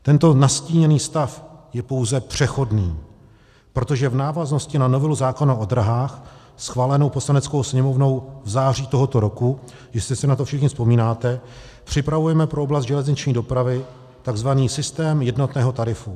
Tento nastíněný stav je pouze přechodný, protože v návaznosti na novelu zákona o dráhách schválenou Poslaneckou sněmovnou v září tohoto roku, jestli si na to všichni vzpomínáte, připravujeme pro oblast železniční dopravy takzvaný systém jednotného tarifu.